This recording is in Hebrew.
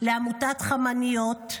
לעמותת חמניות,